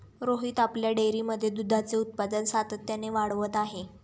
रोहित आपल्या डेअरीमध्ये दुधाचे उत्पादन सातत्याने वाढवत आहे